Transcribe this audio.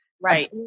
Right